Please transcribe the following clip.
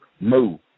move